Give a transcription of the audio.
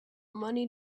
money